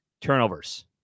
Turnovers